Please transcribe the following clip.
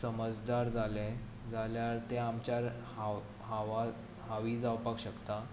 समजदार जाले जाल्यार ते आमचेर हावी जावपाक शकता